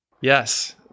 Yes